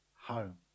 home